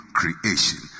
creation